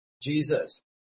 Jesus